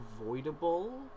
avoidable